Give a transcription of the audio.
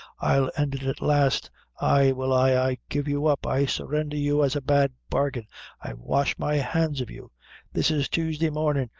i'll end it at last ay, will i i give you up i surrendher you as a bad bargain i wash my hands of you this is tuesday mornin',